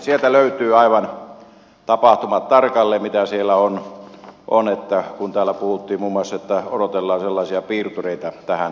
sieltä löytyy tapahtumat aivan tarkalleen mitä siellä on kun täällä puhuttiin muun muassa että odotellaan sellaisia piirtureita tähän seikkaan